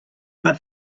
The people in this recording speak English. but